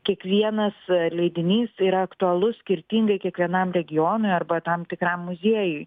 kiekvienas leidinys yra aktualus skirtingai kiekvienam regionui arba tam tikram muziejui